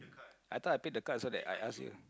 I thought I paid the card so that I ask you